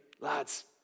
lads